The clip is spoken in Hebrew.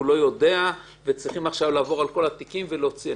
והוא לא יודע וצריכים עכשיו לעבור על כל התיקים ולהוציא.